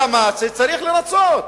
אלא מה, שצריך לרצות,